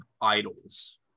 idols